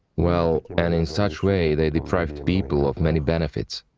well, and in such way they deprived people of many benefits.